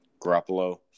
Garoppolo